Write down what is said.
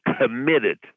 committed